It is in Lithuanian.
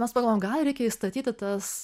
mes pagalvojom gal reikia įstatyti tas